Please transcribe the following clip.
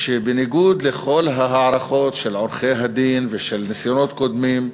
בניגוד לכל ההערכות של עורכי-הדין ושל ניסיונות קודמים,